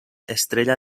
estrella